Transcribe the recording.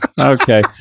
okay